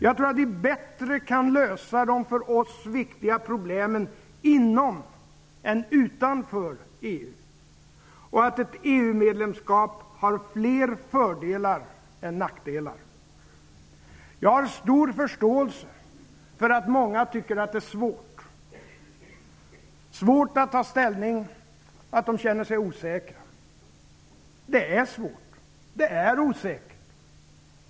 Jag tror att vi bättre kan lösa de för oss viktiga problemen inom än utanför EU. Jag tror också att ett EU-medlemskap har fler fördelar än nackdelar. Jag har stor förståelse för att många tycker att det är svårt att ta ställning och att de känner sig osäkra. Det är svårt. Det är osäkert.